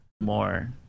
more